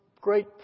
great